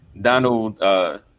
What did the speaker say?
Donald